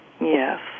yes